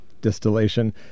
distillation